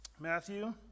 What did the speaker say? Matthew